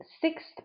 sixth